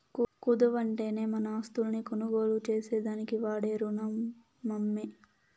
కుదవంటేనే మన ఆస్తుల్ని కొనుగోలు చేసేదానికి వాడే రునమమ్మో